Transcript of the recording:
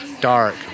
dark